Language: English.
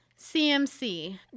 CMC